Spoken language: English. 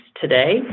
today